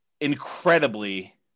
incredibly